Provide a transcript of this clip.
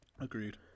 Agreed